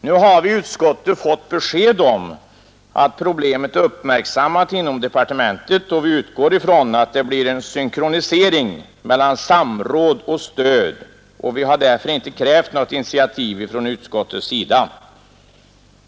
Nu har vi i utskottet fått besked om att problemet är uppmärksammat inom departementet, och vi utgår från att det blir en synkronisering mellan samråd och stöd. Vi har därför inte krävt något initiativ från utskottets sida.